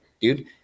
dude